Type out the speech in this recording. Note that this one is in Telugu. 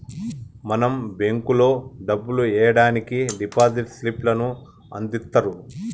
మనం బేంకులో డబ్బులు ఎయ్యడానికి డిపాజిట్ స్లిప్ లను అందిత్తుర్రు